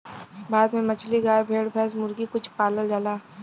भारत में मछली, गाय, भेड़, भैंस, मुर्गी कुल पालल जाला